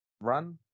run